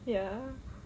ya